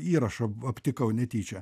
įrašą aptikau netyčia